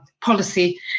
policy